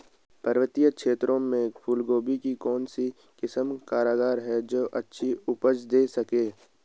पर्वतीय क्षेत्रों में फूल गोभी की कौन सी किस्म कारगर है जो अच्छी उपज दें सके?